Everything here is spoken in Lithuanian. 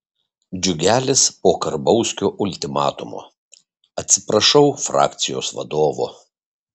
džiugelis po karbauskio ultimatumo atsiprašau frakcijos vadovo